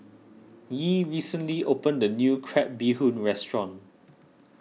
Yee recently opened a new Crab Bee Hoon restaurant